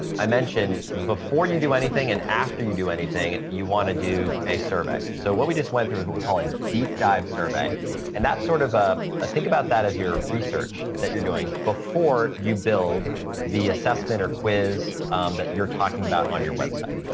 i mentioned before you do anything, and after you do anything, if you want to do a survey. so, what we just went through is and what we call a deep dive survey and that's sort of ah a think about that as your research that you're doing before you build the assessment or quiz that you're talking about on your website.